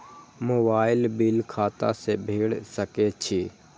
Mobile bill खाता से भेड़ सके छि?